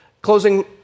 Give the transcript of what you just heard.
Closing